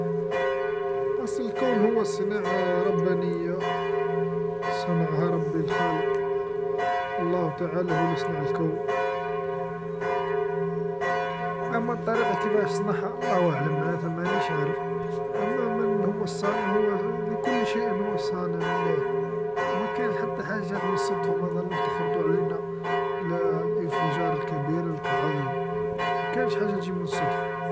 أصل الكون هو صناعه ربانيه، صنعها ربي الخالق، الله تعالى هو لصنع الكون، أما الطريقه كيفاش صنعها الله أعلم، معناتها مانيش عارف، أما من هو الصانع هو لكل شيء هو الصانع ل، و مكان حتى حاجات مصدفه مظلوش تخرطو علينا، ل- لإنفجار الكبير ك العظيم، مكانش حاجه تجي مالصدفه.